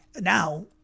Now